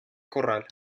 corral